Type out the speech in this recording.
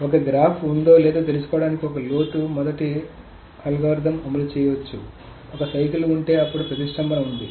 ఒక గ్రాఫ్ ఉందో లేదో తెలుసుకోవడానికి ఒక లోతు మొదటి అల్గోరిథం అమలు చేయవచ్చు ఒక సైకిల్ ఉంటే అప్పుడు ప్రతిష్టంభన ఉంది